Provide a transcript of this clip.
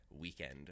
weekend